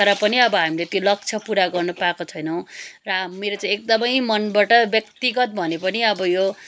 तर पनि अब हामीले त्यो लक्ष्य पुरा गर्नु पाएको छैनौँ र मेरो चाहिँ एकदमै मनबाट व्यक्तिगत भनेपनि अब यो